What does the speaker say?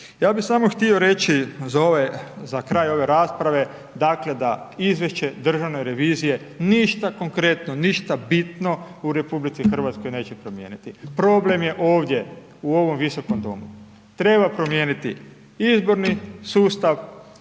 Ja bi samo htio reći za kraj ove rasprave, da izvješće Državne revizije, ništa konkretno, ništa bitno u RH, neće promijeniti. Probleme je ovdje u ovom Visokom domu. Treba promijenit izborni sustav,